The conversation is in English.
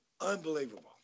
Unbelievable